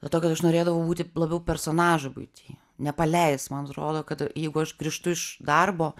dėl to kad aš norėdavau būti labiau personažo buity nepaleist man atrodo kad jeigu aš grįžtu iš darbo